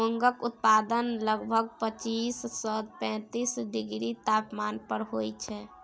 मूंगक उत्पादन लगभग पच्चीस सँ पैतीस डिग्री तापमान पर होइत छै